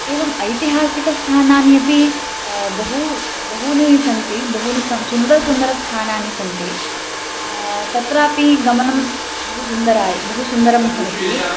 एवम् ऐतिहासिकस्थानानि अपि बहूनि बहूनि सन्ति बहूनि सः सुन्दराणि सुन्दरस्थानानि सन्ति तत्रापि गमनं बहु सुन्दराय बहु सुन्दरं भवति